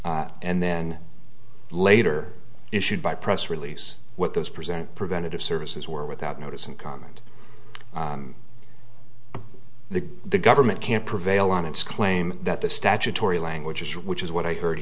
and then later issued by press release what those present preventative services were without notice and comment the government can prevail on its claim that the statutory language is which is what i heard